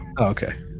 Okay